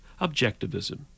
objectivism